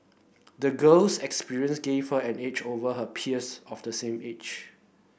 the girl's experience gave her an edge over her peers of the same age